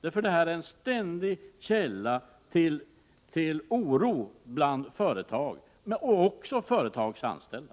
Det är fråga om en ständig källa till oro bland företag och även bland företagens anställda.